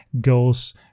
goes